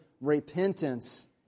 repentance